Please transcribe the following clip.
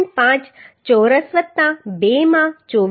5 ચોરસ વત્તા 2 માં 24